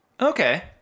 okay